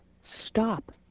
stop